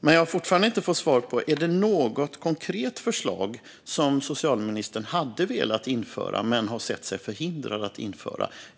Jag har fortfarande inte heller fått svar på om det är något konkret förslag som socialministern hade velat införa men har sett sig förhindrad att införa.